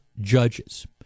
judges